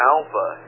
Alpha